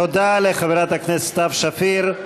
תודה לחברת הכנסת סתיו שפיר.